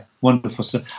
wonderful